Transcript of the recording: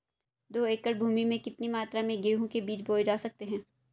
दो एकड़ भूमि में कितनी मात्रा में गेहूँ के बीज बोये जा सकते हैं?